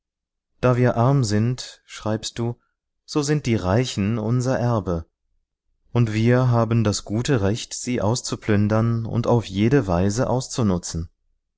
da wir arm sind schreibst du so sind die reichen unser erbe und wir haben das gute recht sie auszuplündern und auf jede weise auszunutzen